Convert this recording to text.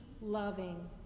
loving